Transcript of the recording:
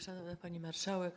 Szanowna Pani Marszałek!